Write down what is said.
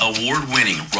Award-winning